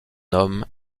homme